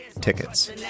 tickets